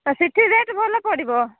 ଆ ସେଠି ରେଟ୍ ଭଲ ପଡ଼ିବ